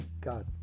God